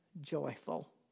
joyful